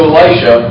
Elisha